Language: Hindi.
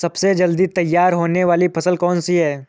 सबसे जल्दी तैयार होने वाली फसल कौन सी है?